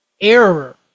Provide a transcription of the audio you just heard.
Error